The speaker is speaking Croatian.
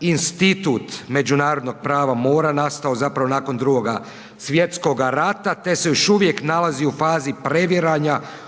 institut međunarodnog prava mora nastavo zapravo nakon Drugog svjetskog rata te se još uvijek nalazi u fazi previranja odnosno